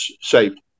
saved